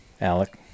Alec